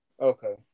Okay